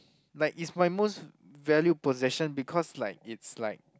like it's my most valued possession because like it's like